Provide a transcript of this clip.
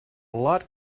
lot